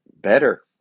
better